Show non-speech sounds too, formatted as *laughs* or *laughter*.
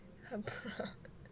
很 proud *laughs*